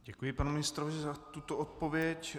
Děkuji panu ministrovi za tuto odpověď.